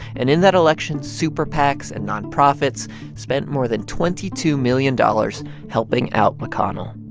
and in that election, super pacs and nonprofits spent more than twenty two million dollars helping out mcconnell.